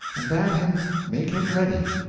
and bad him make him ready.